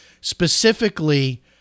specifically